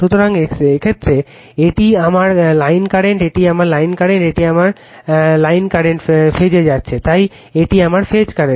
সুতরাং এই ক্ষেত্রে এটি আমার লাইন কারেন্ট এটি আমার লাইন কারেন্ট একই কারেন্ট এই ফেজে যাচ্ছে তাই এটি আমার ফেজ কারেন্ট